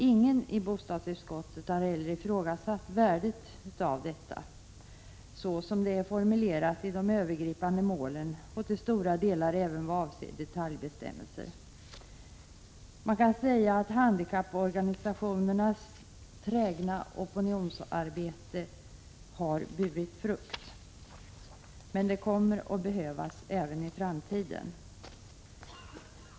Ingen i bostadsutskottet har heller ifrågasatt värdet av detta, såsom det är formulerat i de övergripande målen och till stora delar även i detaljbestämmelserna. Man kan säga att handikapporganisationernas trägna opinionsarbete har burit frukt, men det kommer att behövas även i framtiden.